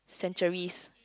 centuries